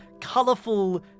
colourful